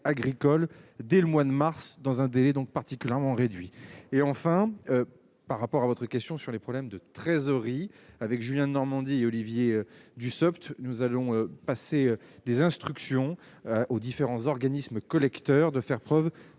agricole dès le mois de mars, dans un délai donc particulièrement réduit et, enfin, par rapport à votre question sur les problèmes de trésorerie avec Julien Denormandie, Olivier Dussopt, nous allons passer des instructions aux différents organismes collecteurs de faire preuve